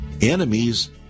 enemies